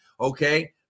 Okay